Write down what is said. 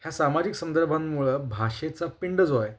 ह्या सामाजिक संदर्भांमुळं भाषेचा पिंड जो आहे